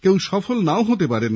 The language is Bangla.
কেউ সফল নাও হতে পারেন